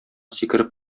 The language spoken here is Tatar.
сикереп